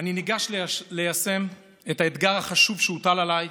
אני ניגש ליישם את האתגר החשוב שהוטל עליי,